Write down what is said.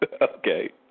Okay